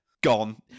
Gone